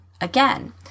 again